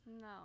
No